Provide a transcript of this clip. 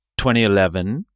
2011